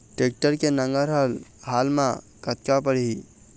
Tractor के नांगर हर हाल मा कतका पड़िही?